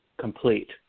complete